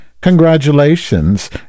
congratulations